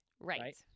right